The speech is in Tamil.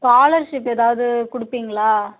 ஸ்காலர்ஷிப் ஏதாவது கொடுப்பீங்களா